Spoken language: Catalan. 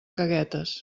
caguetes